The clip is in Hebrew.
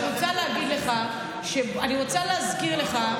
אני רוצה להזכיר לך,